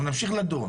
אנחנו נמשיך לדון.